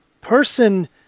person